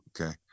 okay